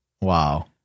Wow